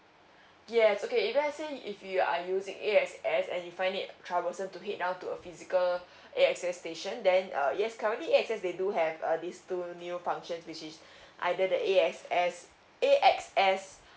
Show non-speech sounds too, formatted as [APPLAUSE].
yes okay if let's say if you are using A_X_S and you find it troublesome to head down to a physical [BREATH] A_X_S station then uh yes currently A_X_S they do have uh these two new functions which is [BREATH] either the A_X_S A_X_S